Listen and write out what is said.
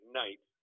night